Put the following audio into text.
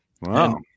Wow